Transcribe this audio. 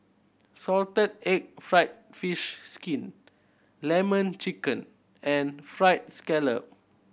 salted egg fried fish skin Lemon Chicken and Fried Scallop